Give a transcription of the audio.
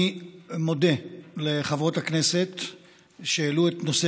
אני מודה לחברות הכנסת שהעלו את נושא